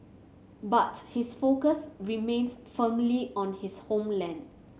but his focus remains firmly on his homeland